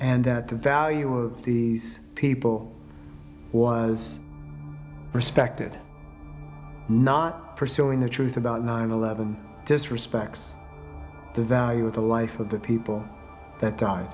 and that the value of the people was respected not pursuing the truth about nine eleven disrespects the value of the life of the people that died